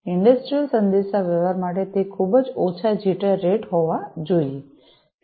industrial સંદેશાવ્યવહાર માટે તે ખૂબ જ ઓછા જિટર રેટ હોવા જોઈએ